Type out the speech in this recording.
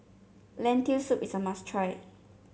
Lentil Soup is a must try